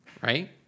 Right